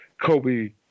Kobe